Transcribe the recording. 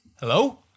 Hello